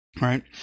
right